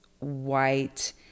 white